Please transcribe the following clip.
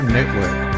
Network